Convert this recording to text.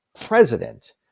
president